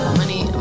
money